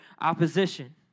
opposition